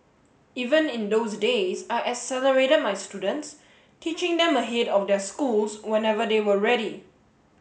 even in those days I accelerated my students teaching them ahead of their schools whenever they were ready